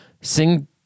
sing